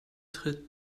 tritt